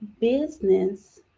business